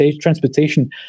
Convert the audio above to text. transportation